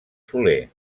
soler